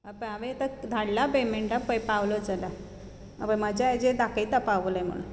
हेंपळय हांवें आतां धाडला पेमेंट आह पळय पावलो जाल्यार हेंपळय म्हाजे एजेर दाखयता पावले म्हणून